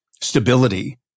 stability